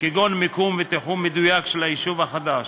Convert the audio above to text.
כגון מיקום ותיחום מדויק של היישוב החדש.